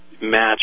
match